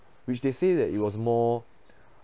which they say that it was more